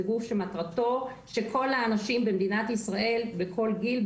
גוף שמטרתו שכל האנשים במדינת ישראל בכל גיל,